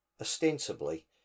ostensibly